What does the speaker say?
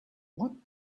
what